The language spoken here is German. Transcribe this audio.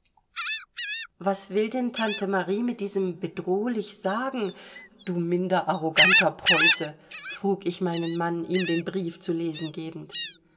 was will denn tante marie mit diesem bedrohlich sagen du minder arroganter preuße frug ich meinen mann ihm den brief zu lesen gebend